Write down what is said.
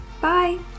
Bye